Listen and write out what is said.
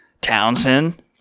townsend